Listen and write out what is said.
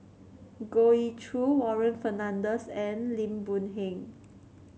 Goh Ee Choo Warren Fernandez and Lim Boon Heng